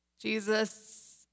Jesus